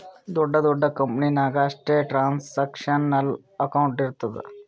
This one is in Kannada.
ದೊಡ್ಡ ದೊಡ್ಡ ಕಂಪನಿ ನಾಗ್ ಅಷ್ಟೇ ಟ್ರಾನ್ಸ್ಅಕ್ಷನಲ್ ಅಕೌಂಟ್ ಇರ್ತುದ್